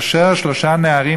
כאשר שלושה נערים,